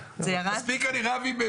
1 נמנעים,